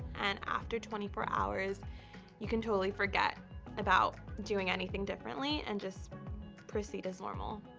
and after twenty four hours you can totally forget about doing anything differently, and just proceed as normal.